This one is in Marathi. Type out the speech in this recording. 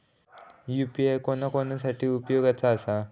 यू.पी.आय कोणा कोणा साठी उपयोगाचा आसा?